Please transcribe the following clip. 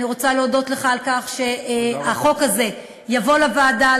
אני רוצה להודות לך על כך שהחוק הזה יבוא לוועדה,